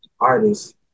artists